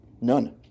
None